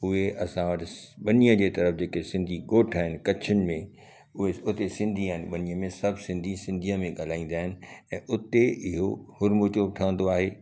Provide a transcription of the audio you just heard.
उहे असां वटि बनीअ जे तरह जेके सिंधी ॻोठ आइन कच्छन में उए उते सिंधी आइन बनीअ में सब सिंधी सिंधीअ में ॻाल्हाईंदा आइन ऐं उते इहो हूरमुचो बि ठहंदो आहे